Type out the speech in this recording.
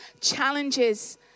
challenges